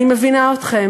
אני מבינה אתכם.